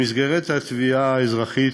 במסגרת התביעה האזרחית